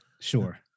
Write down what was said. sure